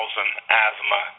asthma